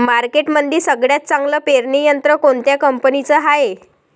मार्केटमंदी सगळ्यात चांगलं पेरणी यंत्र कोनत्या कंपनीचं हाये?